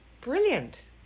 Brilliant